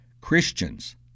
Christians